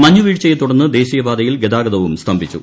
മഞ്ഞുവീഴ്ചയെ തുടർന്ന് ദേശീയപാതയിൽ ഗതാഗതവും സ്തംഭിച്ചു